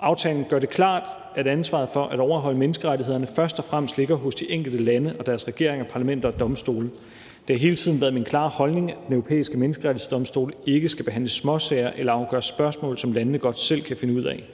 Aftalen gør det klart, at ansvaret for at overholde menneskerettighederne først og fremmest ligger hos de enkelte lande og deres regeringer, parlamenter og domstole. Det har hele tiden været min klare holdning, at Den Europæiske Menneskerettighedsdomstol ikke skal behandle småsager eller afgøre spørgsmål, som landene godt selv kan finde ud af.